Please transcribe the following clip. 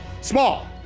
small